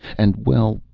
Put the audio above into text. and well,